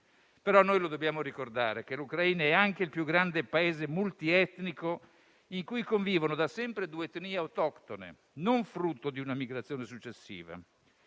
però dobbiamo ricordare che l'Ucraina è anche il più grande Paese multietnico nel quale convivono da sempre due etnie autoctone, non frutto di una migrazione successiva.